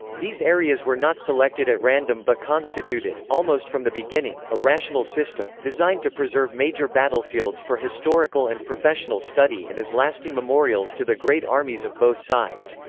these areas were not selected at random but constituted, almost from the beginning, a rational system, designed to preserve major battlefields for historical and professional study and as lasting memorials to the great armies of both sides.